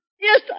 Yes